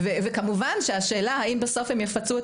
כמובן שהשאלה האם בסוף הם יפצו את